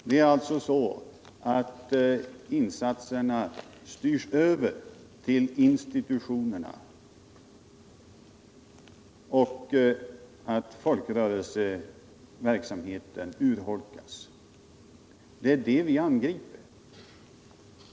Det är alltså så att insatserna styrs över till institutionerna medan folkrörelseverksamheten urholkas. Det är det vi angriper.